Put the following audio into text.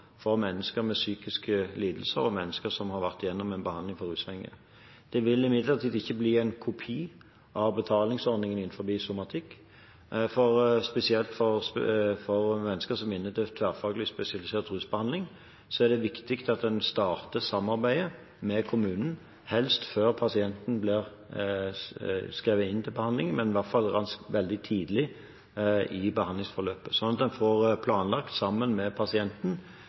for mennesker med psykiske lidelser og mennesker som har vært gjennom en behandling for rusavhengighet. Det vil imidlertid ikke bli en kopi av betalingsordningen innenfor somatikk. Spesielt for mennesker som er inne til tverrfagligspesialisert rusbehandling, er det viktig at en starter samarbeidet med kommunen, helst før pasienten blir skrevet inn til behandling, men i hvert fall veldig tidlig i behandlingsforløpet, slik at en får planlagt bolig, arbeid, aktivitet og behov for helsetilbud sammen med pasienten.